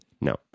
No